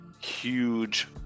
huge